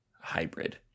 hybrid